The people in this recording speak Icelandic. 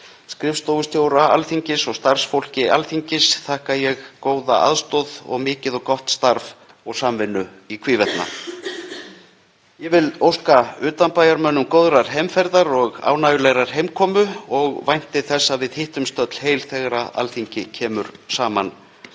Skrifstofustjóra Alþingis og starfsfólki Alþingis þakka ég góða aðstoð og mikið og gott starf og samvinnu í hvívetna. Ég vil óska utanbæjarmönnum góðrar heimferðar og ánægjulegrar heimkomu og vænti þess að við hittumst öll heil þegar Alþingi kemur saman